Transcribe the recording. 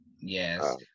Yes